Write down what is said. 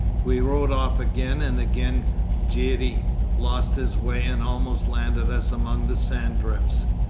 we rode off again, and again girey lost his way and almost landed us among the sand-drifts.